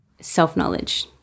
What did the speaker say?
Self-knowledge